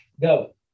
go